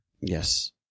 Yes